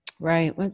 Right